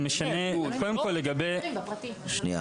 אני שואל